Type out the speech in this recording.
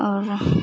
आओर